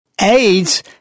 AIDS